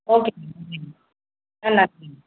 ஓகேங்க ஆ நன்றிங்க